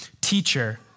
teacher